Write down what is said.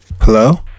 Hello